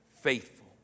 faithful